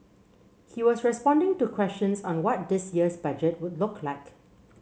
he was responding to questions on what this year's budget would look like